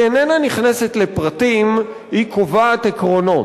היא איננה נכנסת לפרטים, היא קובעת עקרונות.